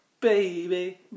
Baby